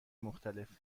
مختلف